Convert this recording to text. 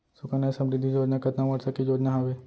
सुकन्या समृद्धि योजना कतना वर्ष के योजना हावे?